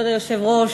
כבוד היושב-ראש,